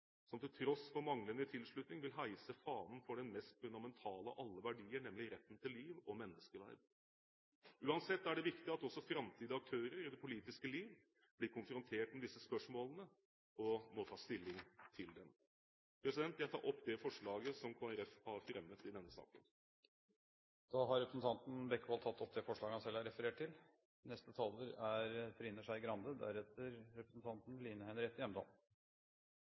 som til tross for manglende tilslutning vil heise fanen for den mest fundamentale av alle verdier, nemlig retten til liv og menneskeverd. Uansett er det viktig at også framtidige aktører i det politiske liv blir konfrontert med disse spørsmålene og må ta stilling til dem. Jeg tar opp det forslaget som Kristelig Folkeparti har fremmet i denne saken. Da har representanten Geir Jørgen Bekkevold tatt opp det forslaget han